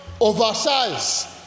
oversize